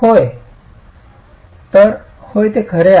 होय तर होय ते खरे आहे